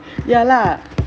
ya lah